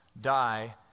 die